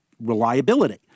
reliability